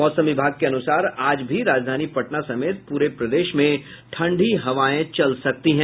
मौसम विभाग के अनुसार आज भी राजधानी पटना समेत पूरे प्रदेश में ठंडी हवायें चल सकती है